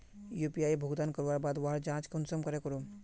UPI भुगतान करवार बाद वहार जाँच कुंसम करे करूम?